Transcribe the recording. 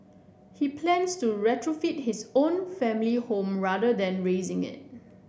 he plans to retrofit his own family home rather than razing it